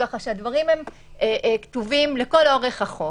כך שהדברים כתובים לכל אורך החוק.